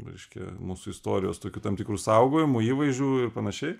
reiškia mūsų istorijos tokiu tam tikru saugojimu įvaizdžiu ir panašiai